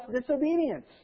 disobedience